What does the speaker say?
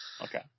Okay